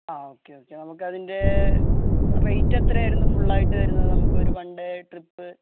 ആ okay okay നമുക്ക് അതിൻറ്റെ റേയ്റ്റ് എത്രയായിരുന്നു ഫുള്ളായിട്ട് വരുന്നത് നമുക്കൊരു വൺഡേ ട്രിപ്പ്